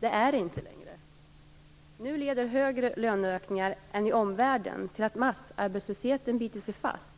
Det är det inte längre. Nu leder högre löneökningar än i omvärlden till att massarbetslösheten biter sig fast.